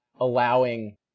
allowing